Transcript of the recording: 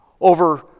over